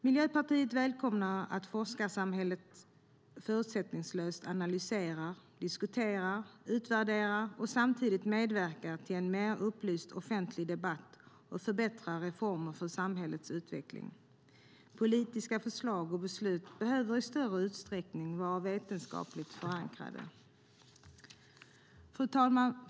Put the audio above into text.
Miljöpartiet välkomnar att forskarsamhället förutsättningslöst analyserar, diskuterar, utvärderar och samtidigt medverkar till en mer upplyst offentlig debatt och förbättrade reformer för samhällets utveckling. Politiska förslag och beslut behöver i större utsträckning vara vetenskapligt förankrade. Fru talman!